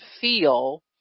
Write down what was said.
feel